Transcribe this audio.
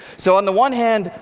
so on the one hand,